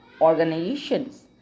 organizations